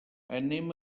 anem